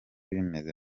bimeze